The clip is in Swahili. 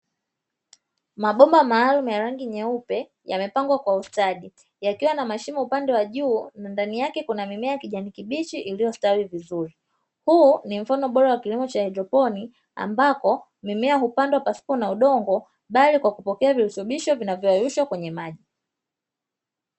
Mabomba maalumu ya rangi nyeupe yamepangwa kwa ustadi yakiwa na mashimo upande wa juu, ndani yake kuna mimea ya kijani kibichi iliyostawi vizuri. Huu ni mfano bora wa kilimo cha haidroponi ambapo mimea hupandwa pasipo udongo bali kwa kutumia virutubisho vilivyoyeyushwa kwenye maji.